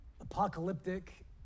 apocalyptic